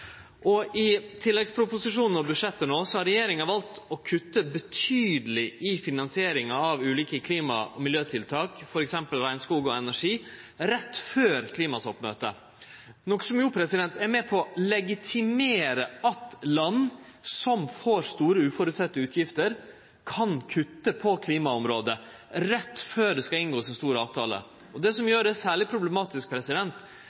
Og i tilleggsproposisjonen og budsjettet no har regjeringa valt å kutte betydeleg i finansieringa av ulike klima- og miljøtiltak, f.eks. regnskog og energi, rett før klimatoppmøtet, noko som er med på å legitimere at land som får store uventa utgifter, kan kutte på klimaområdet rett før ein skal inngå ein stor avtale. Det som